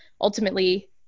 ultimately